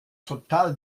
total